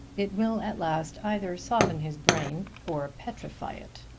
it will at last either soften his brain or petrify it.